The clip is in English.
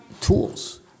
Tools